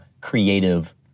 creative